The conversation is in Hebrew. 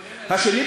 השני,